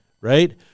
right